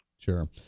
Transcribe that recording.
Sure